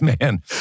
man